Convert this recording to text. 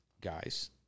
guys